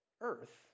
earth